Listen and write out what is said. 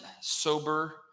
sober